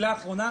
מילה אחרונה.